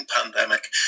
pandemic